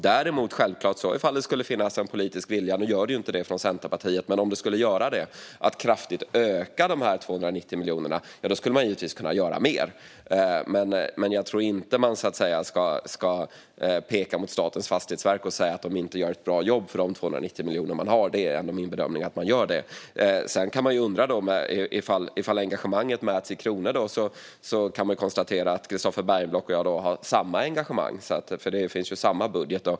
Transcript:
Däremot, om det skulle finnas en politisk vilja - nu gör det ju inte det från Centerpartiet, men om det skulle göra det - att kraftigt öka de här 290 miljonerna, ja, då skulle man givetvis kunna göra mer. Men jag tror inte att man ska peka på Statens fastighetsverk och säga att de inte gör ett bra jobb för de 290 miljoner de har. Min bedömning är att de gör det. Sedan kan man ju undra ifall engagemanget mäts i kronor. Då kan man konstatera att Christofer Bergenblock och jag har samma engagemang, för det är ju samma budget.